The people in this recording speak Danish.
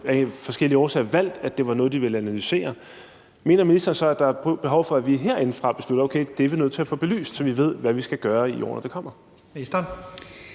af forskellige årsager ikke har valgt, at det var noget, de ville analysere, mener ministeren så, at der er behov for, at vi herindefra beslutter, at det er vi nødt til at få belyst, så vi ved, hvad vi skal gøre i årene, der kommer?